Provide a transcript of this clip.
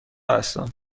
هستم